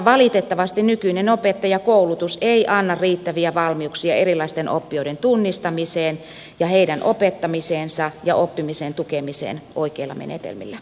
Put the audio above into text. valitettavasti nykyinen opettajakoulutus ei anna riittäviä valmiuksia erilaisten oppijoiden tunnistamiseen ja heidän opettamiseensa ja oppimisen tukemiseen oikeilla menetelmillä